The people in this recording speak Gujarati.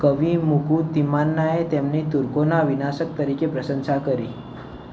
કવિ મુકુ તિમ્માનાએ તેમની તુર્કોના વિનાશક તરીકે પ્રશંસા કરી